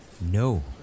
No